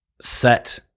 set